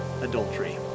adultery